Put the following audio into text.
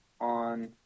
on